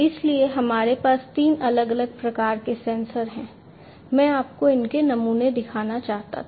इसलिए हमारे पास तीन अलग अलग प्रकार के सेंसर हैं मैं आपको इनके नमूने दिखाना चाहता था